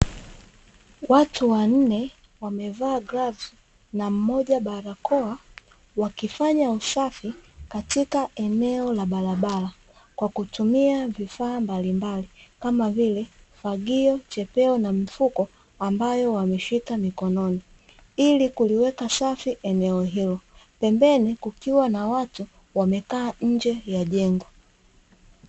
Watu wanne wamevaa glavu na mmoja barakoa, wakifanya usafi katika eneo la barabara, kwa kutumia vifaa mbalimbali, kama vile: fagio, chepeo na mifuko, ambayo wameshika mikononi ili kuliweka safi eneo hilo. Pembeni kukiwa na watu wamekaa nje ya jengo.